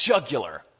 jugular